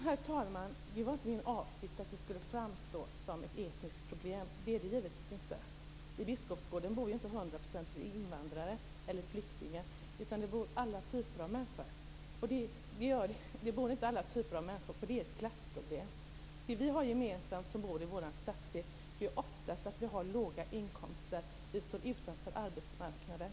Herr talman! Det var inte min avsikt att det skulle framstå som ett etniskt problem. Det är det givetvis inte. I Biskopsgården bor ju inte 100 % invandrare eller flyktingar. Där bor inte alla typer av människor. Det är ett klassproblem. Det vi har gemensamt, vi som bor i vår stadsdel, är oftast att vi har låga inkomster. Vi står utanför arbetsmarknaden.